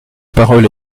parole